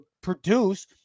produce